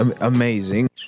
Amazing